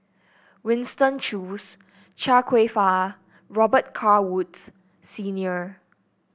Winston Choos Chia Kwek Fah Robet Carr Woods Senior